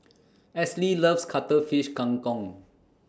Esley loves Cuttlefish Kang Kong